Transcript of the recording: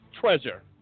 treasure